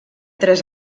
tres